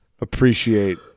appreciate